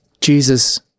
Jesus